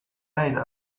ندیده